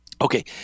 Okay